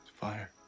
fire